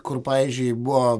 kur pavyzdžiui buvo